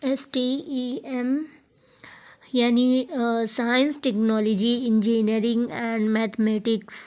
S T E M یعنی آ science technology engineering and mathematics